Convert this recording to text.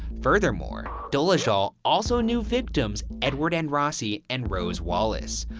furthermore, dolezal also knew victims edward andrassy and rose wallace.